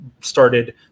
started